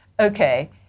Okay